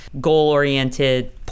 goal-oriented